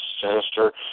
sinister